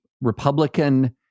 Republican